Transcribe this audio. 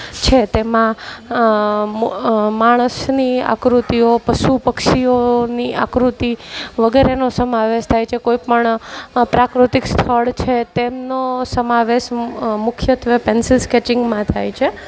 છે તેમાં માણસની આકૃતિઓ પશુ પક્ષીઓની આકૃતિ વગેરેનો સમાવેશ થાય છે કોઈપણ પ્રાકૃતિક સ્થળ છે તેમનો સમાવેશ મુખ્યત્વે પેન્સિલ સ્કેચિંગમાં થાય છે